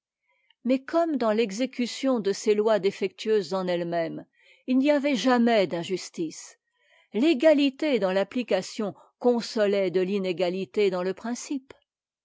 mais comme dans l'exécution de ces lois défectueuses en elles-mêmes il n'y avait point d'injustice l'égalité dans l'application consolait de l'inégalité dans le principe